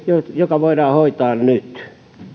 joka voidaan hoitaa nyt